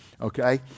okay